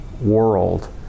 world